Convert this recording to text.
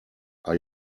are